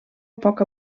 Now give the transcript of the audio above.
poc